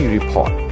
Report